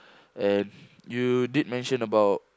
and you did mention about